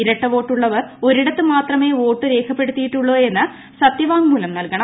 ഇരട്ടവോട്ടുള്ളവർ ഒരിടത്തു മാത്രമേ വോട്ട് രേഖപ്പെടുത്തിയിട്ടുള്ളൂ എന്ന് സത്യവാങ്മൂലം നൽകണം